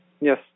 Yes